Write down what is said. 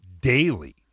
daily